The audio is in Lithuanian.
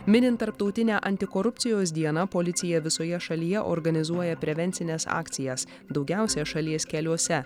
minint tarptautinę antikorupcijos dieną policija visoje šalyje organizuoja prevencines akcijas daugiausia šalies keliuose